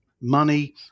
money